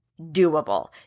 doable